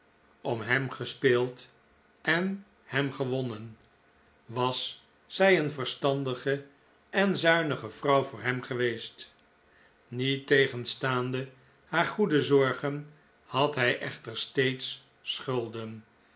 en hem gewonnen was zij een verstandige en zuinige vrouw voor hem geweest niettegenstaande haar goede zorgen had hij echter steeds schulden